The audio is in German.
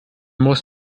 muss